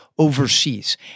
Overseas